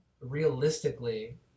realistically